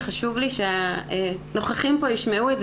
וחשוב לי שהנוכחים כאן ישמעו את זה,